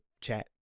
chat